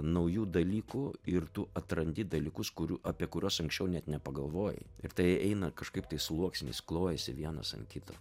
naujų dalykų ir tu atrandi dalykus kurių apie kuriuos anksčiau net nepagalvojai ir tai eina kažkaip tai sluoksniais klojasi vienas ant kito